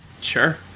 Sure